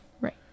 Right